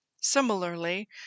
Similarly